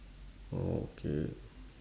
oh okay